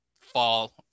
fall –